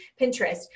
Pinterest